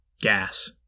Gas